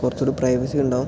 കുറച്ച് കൂടി പ്രൈവസി ഉണ്ടാകും